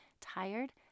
tired